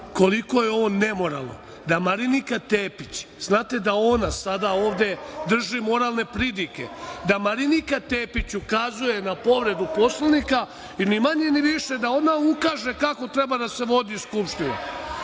koliko je ovo nemoralno da Marinika Tepić, znate da ona sada ovde drži moralne pridike, da Marinika Tepić ukazuje na povredu Poslovnika i ni manje ni više da ona ukaže kako treba da se vodi Skupština. Marinika